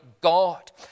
God